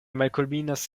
malkulminas